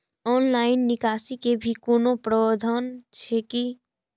Online निकासी के भी कोनो प्रावधान छै की?